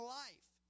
life